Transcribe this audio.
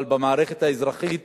אבל במערכת האזרחית